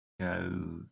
go